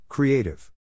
Creative